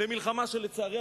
למלחמה שלצערי,